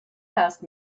passed